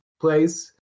place